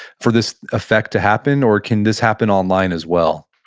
for this effect to happen or can this happen online as well?